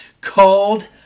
called